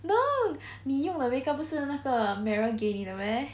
no 你用的 make up 不是那个 meryl 给你的 meh